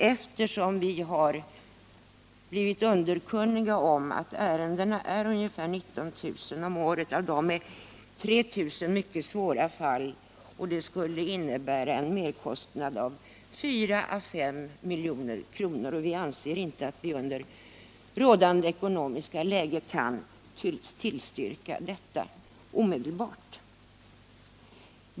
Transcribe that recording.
Vi har nämligen blivit underkunniga om att antalet sådana ärenden är ungefär 19 000 om året, och av dem är 3 000 mycket svåra fall. Det skulle innebära en merkostnad på 4 å 5 milj.kr., och vi anser inte att vi i det rådande ekonomiska läget kan tillstyrka detta.